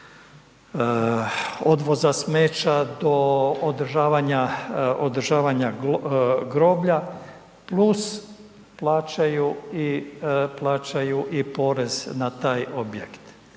održavanja, održavanja groblja plus plaćaju i porez na taj objekt.